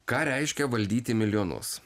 ką reiškia valdyti milijonus